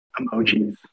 emojis